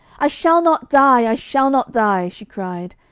i shall not die! i shall not die she cried,